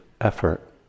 effort